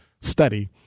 study